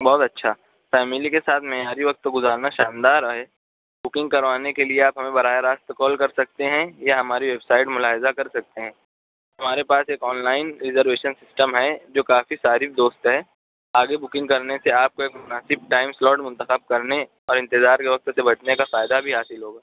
بہت اچھا فیملی کے ساتھ معیاری وقت گزارنا شاندار رہے بکنگ کروانے کے لیے آپ ہمیں براہ راست کال کر سکتے ہیں یا ہماری ویب سائٹ ملاحظہ کر سکتے ہیں ہمارے پاس ایک آن لائن ریزرویشن سسٹم ہے جو کافی ساری دوست ہیں آگے بکنگ کرنے سے آپ کو ایک مناسب ٹائم سلاٹ منتخب کرنے اور انتظار کے وقت سے بچنے کا فائدہ بھی حاصل ہوگا